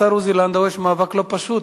לשר עוזי לנדאו יש מאבק לא פשוט,